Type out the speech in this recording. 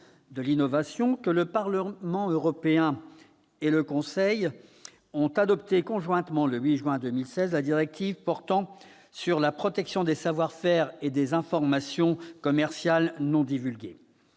de l'innovation que le Parlement européen et le Conseil ont adopté conjointement, le 8 juin 2016, la directive sur la protection des savoir-faire et des informations commerciales non divulgués,